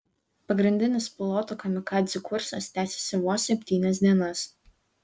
pagrindinis pilotų kamikadzių kursas tęsėsi vos septynias dienas